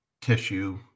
tissue